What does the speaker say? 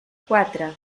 quatre